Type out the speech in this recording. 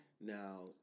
Now